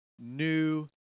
New